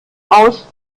aus